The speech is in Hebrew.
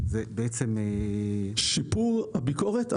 שיפור הביקורת?